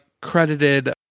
credited